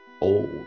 old